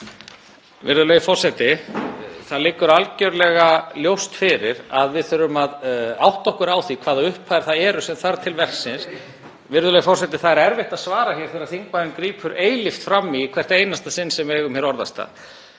Virðulegi forseti. Það liggur algjörlega ljóst fyrir að við þurfum að átta okkur á því hvaða upphæðir það eru sem þarf til verksins. (Gripið fram í.) — Virðulegi forseti, það er erfitt að svara þegar þingmaðurinn grípur eilíft fram í í hvert einasta sinn sem við eigum orðastað.